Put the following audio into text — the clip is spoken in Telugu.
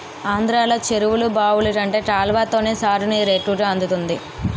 ఆంధ్రలో చెరువులు, బావులు కంటే కాలవతోనే సాగునీరు ఎక్కువ అందుతుంది